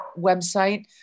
website